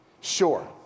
Sure